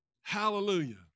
Hallelujah